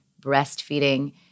breastfeeding